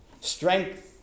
strength